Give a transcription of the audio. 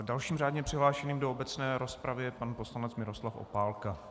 Dalším řádně přihlášeným do obecné rozpravy je pan poslanec Miroslav Opálka.